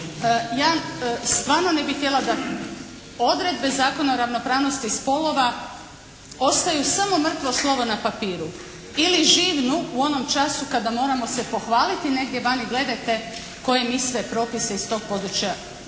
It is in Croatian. ja stvarno ne bih htjela da odredbe Zakona o ravnopravnosti spolova ostaju samo mrtvo slovo na papiru, ili živnu u onom času kada moramo se pohvaliti negdje vani, gledajte koje mi sve propise iz tog područja imamo.